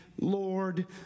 Lord